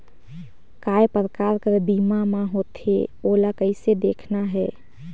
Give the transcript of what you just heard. काय प्रकार कर बीमा मा होथे? ओला कइसे देखना है?